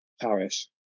Paris